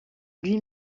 lui